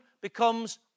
becomes